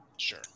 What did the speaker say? Sure